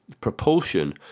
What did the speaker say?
propulsion